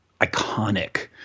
iconic